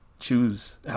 choose